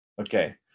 Okay